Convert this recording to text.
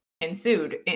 ensued